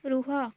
ରୁହ